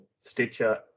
Stitcher